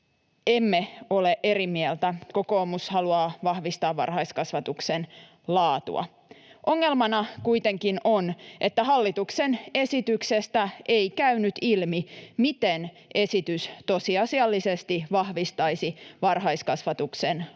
emme ole eri mieltä. Kokoomus haluaa vahvistaa varhaiskasvatuksen laatua. Ongelmana kuitenkin on, että hallituksen esityksestä ei käynyt ilmi, miten esitys tosiasiallisesti vahvistaisi varhaiskasvatuksen laatua